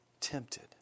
tempted